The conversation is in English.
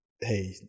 hey